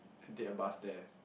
take a bus there